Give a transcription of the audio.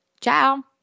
Ciao